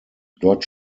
dort